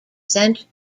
sent